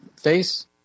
face